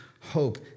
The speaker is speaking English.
hope